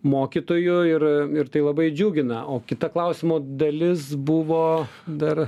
mokytojų ir ir tai labai džiugina o kita klausimo dalis buvo dar